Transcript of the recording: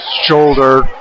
shoulder